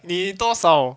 你多少